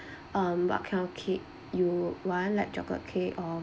um what kind of cake you want like chocolate cake or